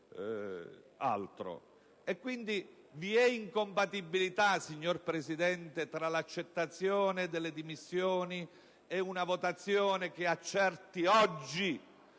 Quindi, esiste incompatibilità, signor Presidente, tra l'accettazione delle dimissioni e una votazione che accerti oggi